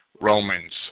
Romans